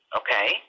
okay